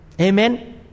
Amen